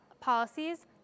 policies